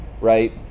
right